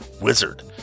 wizard